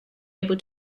able